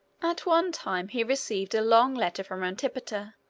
at one time he received a long letter from antipater,